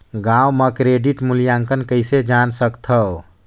गांव म क्रेडिट मूल्यांकन कइसे जान सकथव?